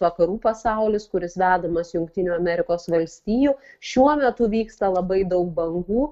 vakarų pasaulis kuris vedamas jungtinių amerikos valstijų šiuo metu vyksta labai daug bangų